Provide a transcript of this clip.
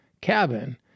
cabin